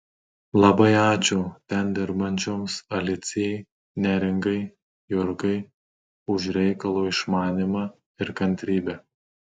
labai ačiū ten dirbančioms alicijai neringai jurgai už reikalo išmanymą ir kantrybę